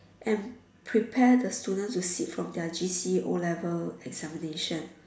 and prepare the students to sit for their G_C_E O-Level examination